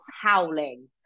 howling